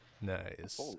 Nice